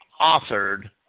authored